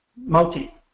multi